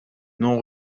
non